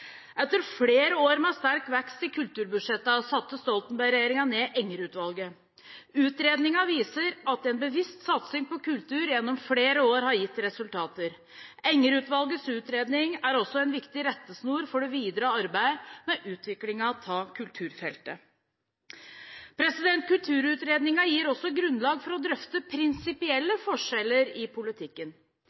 Etter flere år med sterk vekst i kulturbudsjettene satte Stoltenberg-regjeringen ned Enger-utvalget. Utredningen viser at en bevisst satsing på kultur gjennom flere år har gitt resultater. Enger-utvalgets utredning er også en viktig rettesnor for det videre arbeidet med utvikling av kulturfeltet. Kulturutredningen gir også grunnlag for å drøfte prinsipielle forskjeller i politikken.